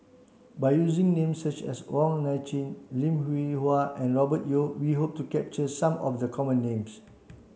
by using names such as Wong Nai Chin Lim Hwee Hua and Robert Yeo we hope to capture some of the common names